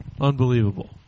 Unbelievable